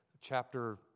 chapter